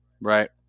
Right